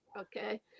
Okay